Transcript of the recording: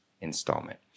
installment